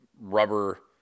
rubber